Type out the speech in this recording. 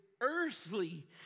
earthly